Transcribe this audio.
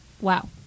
Wow